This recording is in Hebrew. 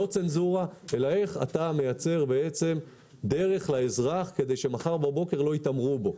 לא צנזורה אלא איך אתה מייצר דרך לאזרח כדיש מחר בבוקר לא יתעמרו בו.